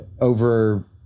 over